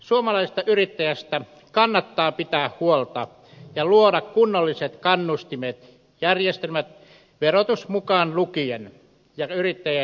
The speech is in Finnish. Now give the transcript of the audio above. suomalaisesta yrittäjästä kannattaa pitää huolta ja luoda kunnolliset kannustinjärjestelmät verotus mukaan lukien ja yrittäjien sosiaaliturva